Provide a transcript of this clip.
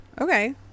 Okay